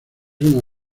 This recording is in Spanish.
una